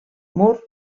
mur